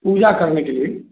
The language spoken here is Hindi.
पूजा करने के लिए